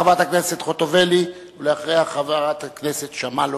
חברת הכנסת חוטובלי, ואחריה, חברת הכנסת שמאלוב.